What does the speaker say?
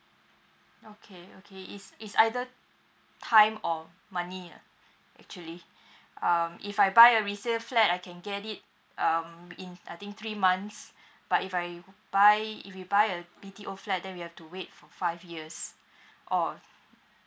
okay okay is is either time or money ah actually um if I buy a resale flat I can get it um in I think three months but if I buy if we buy a B_T_O flat then we have to wait for five years or